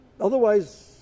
otherwise